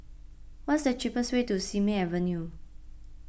what's the cheapest way to Simei Avenue